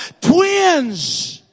twins